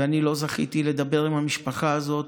ואני לא זכיתי לדבר עם המשפחה הזאת,